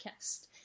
podcast